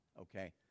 Okay